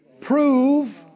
Prove